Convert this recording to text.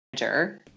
manager